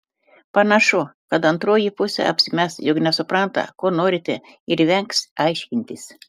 panašu kad antroji pusė apsimes jog nesupranta ko norite ir vengs aiškintis